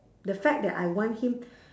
the fact that I want him